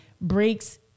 breaks